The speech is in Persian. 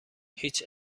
هیچ